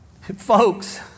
Folks